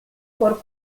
por